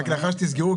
לאחר שתסגרו,